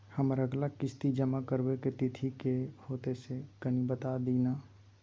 हमर अगला किस्ती जमा करबा के तिथि की होतै से कनी बता दिय न?